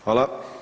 Hvala.